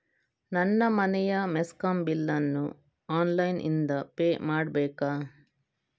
ನನ್ನ ಮನೆಯ ಮೆಸ್ಕಾಂ ಬಿಲ್ ಅನ್ನು ಆನ್ಲೈನ್ ಇಂದ ಪೇ ಮಾಡ್ಬೇಕಾ?